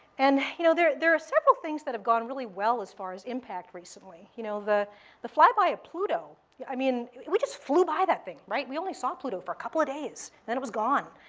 and you know, there there are several things that have gone really well as far as impact recently. you know the the fly-by of pluto yeah i mean we just flew by that thing, right? we only saw pluto for a couple of days, then it was gone.